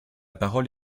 parole